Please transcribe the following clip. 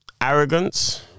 Arrogance